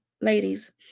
ladies